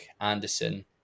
Anderson